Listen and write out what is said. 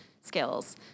skills